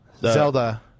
Zelda